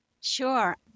Sure